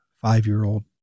five-year-old